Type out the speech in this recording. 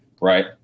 Right